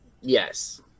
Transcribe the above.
yes